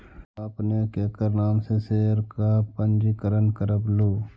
आपने केकर नाम से शेयर का पंजीकरण करवलू